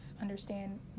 understand